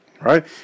right